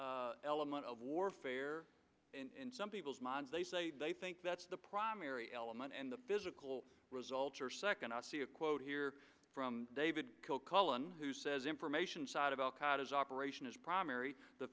element of warfare in some people's minds they say they think that's the primary element in the biz ical results or second i see a quote here from david kilcullen who says information side of al qaida is operation is primary the